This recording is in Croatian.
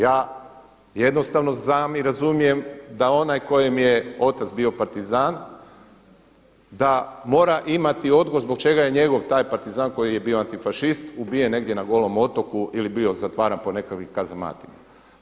Ja jednostavno znam i razumijem da onaj kojem je otac bio partizan da mora imati odgovor zbog čega je njegov taj partizan koji je bio antifašist ubijen negdje na golom otoku ili bio zatvaran po nekakvim kazamatima.